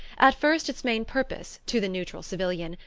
at first its main purpose, to the neutral civilian,